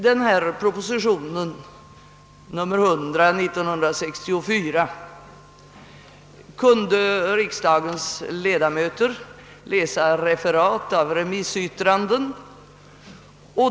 I proposition nr 100/1964 kunde riksdagens ledamöter läsa referat av remissyttrandena.